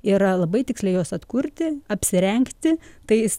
yra labai tiksliai juos atkurti apsirengti tais